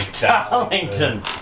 Darlington